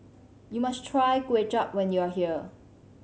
you must try Kway Chap when you are here